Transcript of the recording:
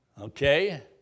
Okay